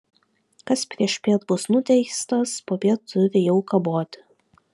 kas priešpiet bus nuteistas popiet turi jau kaboti